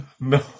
no